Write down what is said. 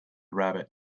rabbit